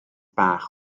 bach